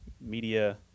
media